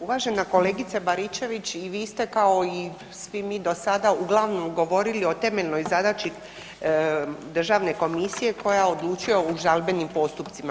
Uvažena kolegice Baričević i vi ste kao i svi mi do sada uglavnom govorili o temeljnoj zadaći državne komisije koja odlučuje u žalbenim postupcima.